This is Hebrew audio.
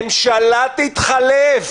ממשלה תתחלף.